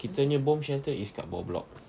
kita nya bomb shelter is kat bawah blok